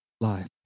life